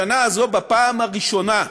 השנה הזו, בפעם הראשונה,